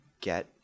get